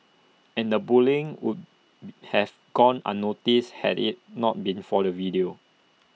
and the bullying would have gone unnoticed had IT not been for the video